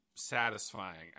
satisfying